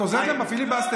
את עוזרת להם בפיליבסטר.